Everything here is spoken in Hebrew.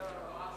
הוא, זה אותו דבר.